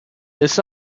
this